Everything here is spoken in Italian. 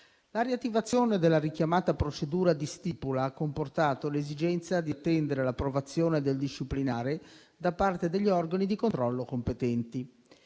La riattivazione della richiamata procedura di stipula ha comportato l'esigenza di attendere l'approvazione del disciplinare da parte degli organi di controllo competenti.